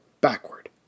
backward